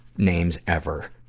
names ever.